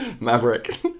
Maverick